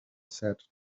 said